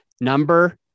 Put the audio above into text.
Number